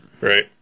Right